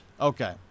Okay